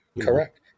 Correct